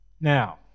Now